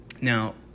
Now